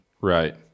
Right